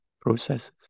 processes